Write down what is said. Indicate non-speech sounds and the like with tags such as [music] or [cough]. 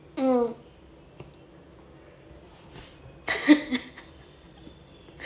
mm [laughs]